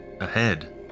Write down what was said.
Ahead